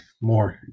more